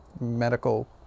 medical